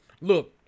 Look